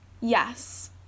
Yes